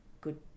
good